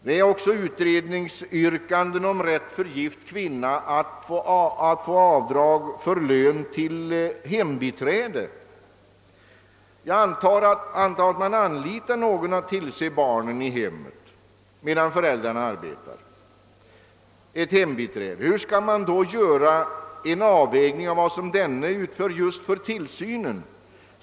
Det har också gjorts utredningsyrkanden om rätt för gift kvinna till avdrag för lön till hembiträde. Jag antar att man anlitar någon för att tillse barnen i hemmet medan föräldrarna arbetar, alltså ett hembiträde. Hur skall man då göra en avvägning av vad hembiträdet utför just för tillsynen?